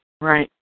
right